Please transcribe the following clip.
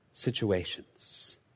situations